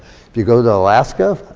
if you go to alaska,